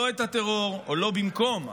לא במקום,